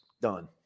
done